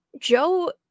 Joe